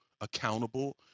accountable